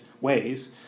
ways